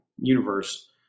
universe